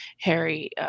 Harry